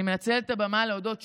אני מנצלת את הבמה להודות שוב,